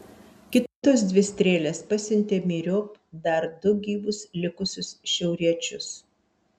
kitos dvi strėlės pasiuntė myriop dar du gyvus likusius šiauriečius